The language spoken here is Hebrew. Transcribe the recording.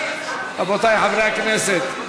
רבותי חברי הכנסת,